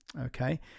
Okay